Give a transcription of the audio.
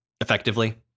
effectively